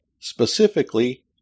specifically